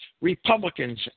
republicans